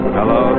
Hello